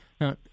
now